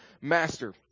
master